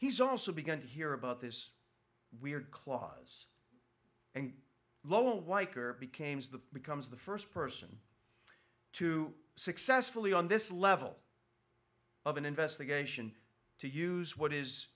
he's also begin to hear about this weird clause and lowell weicker became the becomes the first person to successfully on this level of an investigation to use what is